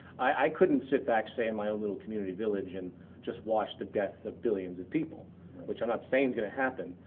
i couldn't sit back, say in my own little community village and just watch the death of billions of people which i am not saying is going to happen,